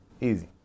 Easy